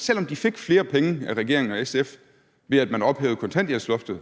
selv om de fik flere penge af regeringen og SF, ved at man ophævede kontanthjælpsloftet,